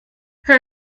her